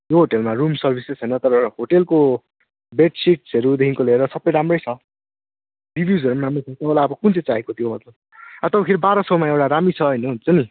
यो होटलमा room service चाहिँ छैन तर होटलको बेडसिट्सहरूदेखिको लिएर सबै राम्रै छ रिभिउजहरू पनि राम्रै छ तपाईँलाई अब कुन चाहिँ चाहिएको तपाईँलाई अब एउटा बाह्रसयमा एउटा दामी छ होटल